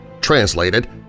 translated